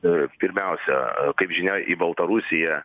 į pirmiausia kaip žinoj į baltarusiją